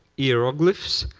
hieroglyphs,